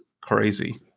crazy